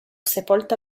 sepolta